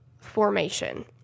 formation